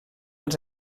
als